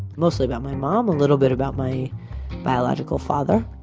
mostly about my mom, a little bit about my biological father